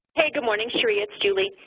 hey, good morning, cherie, it's julie.